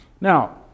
Now